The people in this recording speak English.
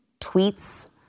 tweets